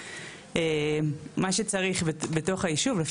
מה שצריך בתוך היישוב,